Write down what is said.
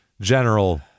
general